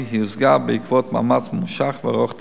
היא הושגה בעקבות מאמץ ממושך וארוך טווח.